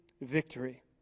victory